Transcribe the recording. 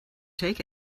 take